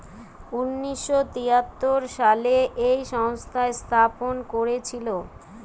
উনিশ শ তেয়াত্তর সালে এই সংস্থা স্থাপন করেছিল